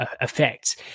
effects